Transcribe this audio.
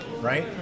right